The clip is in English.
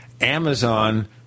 Amazon